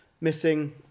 missing